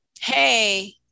hey